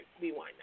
rewind